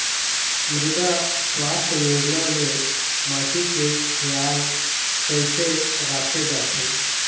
मृदा सुवास्थ योजना ले माटी के खियाल कइसे राखे जाथे?